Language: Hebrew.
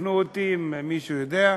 תתקנו אותי אם מישהו יודע,